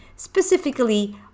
specifically